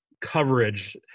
coverage